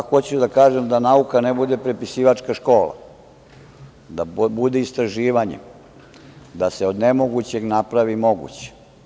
Hoću da kažem da nauka ne bude prepisivačka škola, da bude istraživanje, da se od nemogućeg napravi moguće.